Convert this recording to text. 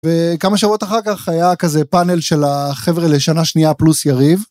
וכמה שעות אחר כך היה כזה פאנל של החברה לשנה שנייה פלוס יריב.